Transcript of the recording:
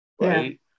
right